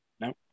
no